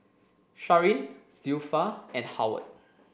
Sharyn Zilpha and Howard